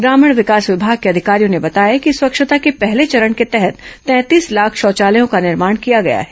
ग्रामीण विकास विमाग के अधिकारियों ने बताया कि स्वच्छता के पहले चरण के तहत तैंतीस लाख शौचालयों का निर्माण किया गया है